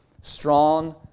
strong